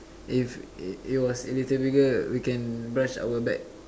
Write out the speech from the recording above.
if if it was if it's difficult we can brush our back